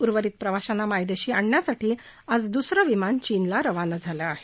उर्वरित प्रवाशांना मायदेशी आणण्यासाठी आज दुसरं विमान चीनला रवाना झालं आहे